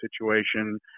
situation